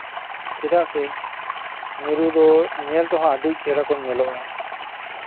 ᱪᱮᱫᱟᱜ ᱥᱮ ᱢᱤᱨᱩ ᱫᱚ ᱧᱮᱞ ᱛᱮᱦᱚᱸ ᱟᱹᱰᱤ ᱪᱮᱦᱨᱟ ᱠᱚ ᱧᱮᱞᱚᱜᱼᱟ